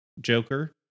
joker